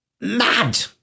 mad